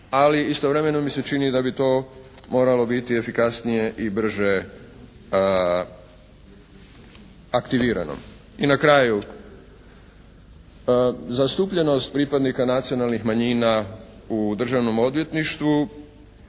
ali istovremeno mi se čini da bi to moralo biti efikasnije i brže aktivirano. I na kraju. Zastupljenost pripadnika nacionalnih manjina u Državnom odvjetništvu